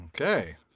okay